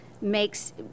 makes